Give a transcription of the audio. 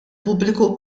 pubbliku